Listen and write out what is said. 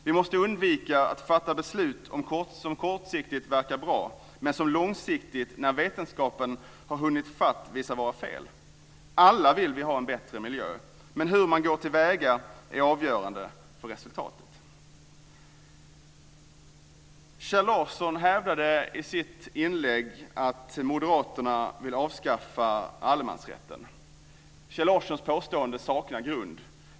Vi måste undvika att fatta beslut som kortsiktigt verkar bra men som långsiktigt, när vetenskapen har hunnit ifatt, visar sig vara fel. Alla vill vi ha en bättre miljö. Men hur man går till väga är avgörande för resultatet. Kjell Larsson hävdade i sitt inlägg att Moderaterna vill avskaffa allemansrätten. Kjell Larssons påstående saknar grund.